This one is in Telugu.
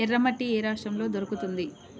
ఎర్రమట్టి ఏ రాష్ట్రంలో దొరుకుతుంది?